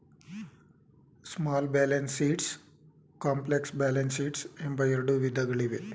small balance sheets, complex balance sheets ಎಂಬ ಎರಡು ವಿಧಗಳಿವೆ